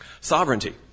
Sovereignty